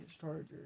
charger